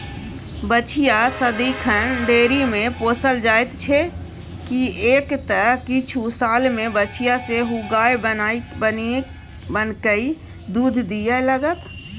बछिया सदिखन डेयरीमे पोसल जाइत छै किएक तँ किछु सालमे बछिया सेहो गाय बनिकए दूध दिअ लागतै